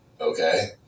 okay